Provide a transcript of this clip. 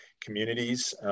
communities